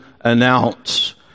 announce